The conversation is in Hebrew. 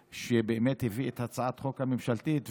שבאמת הביא את הצעת החוק הממשלתית,